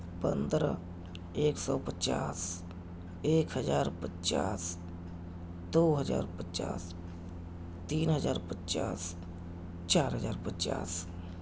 پندرہ ایک سو پچاس ایک ہزار پچاس دو ہزار پچاس تین ہزار پچاس چار ہزار پچاس